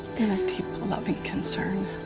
and a deep, loving concern.